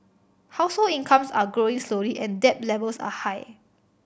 household incomes are growing slowly and debt levels are high